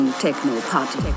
Techno-Party